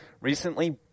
recently